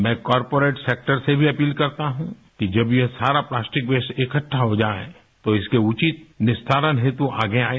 मैं corporate sector से भी अपील करता हूँ कि जब ये सारा प्लास्टिक वेस्ट इकठ्ग हो जाए तो इसके उचित निस्तारण हेतु आगे आयें